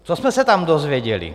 Co jsme se tam dozvěděli?